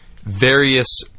various